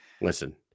Listen